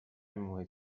محیط